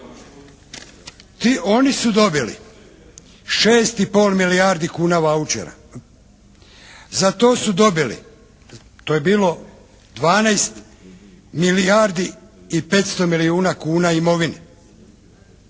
Oni su dobili šest i pol milijardi kuna vaučera. Za to su dobili, to je bilo 12 milijardi i 500 milijuna kuna imovine.